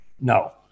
no